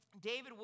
David